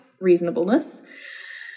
reasonableness